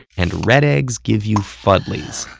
and red eggs give you fuddlies.